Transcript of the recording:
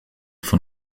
von